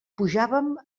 pujàvem